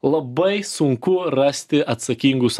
labai sunku rasti atsakingus